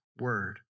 word